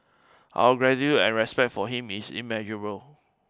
our gratitude and respect for him is immeasurable